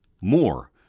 more